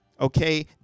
okay